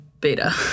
beta